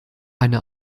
eine